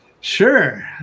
Sure